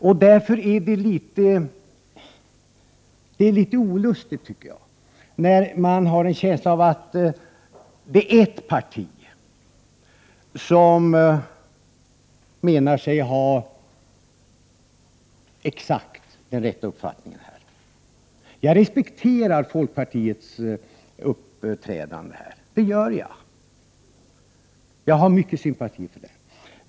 Jag tycker därför att det är något olustigt när man får en känsla av att ett parti menar sig ha den exakt rätta uppfattningen i detta sammanhang. Jag respekterar folkpartiets uppträdande, och jag hyser stor sympati för dess inställning.